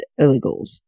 illegals